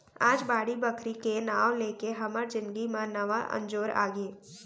आज बाड़ी बखरी के नांव लेके हमर जिनगी म नवा अंजोर आगे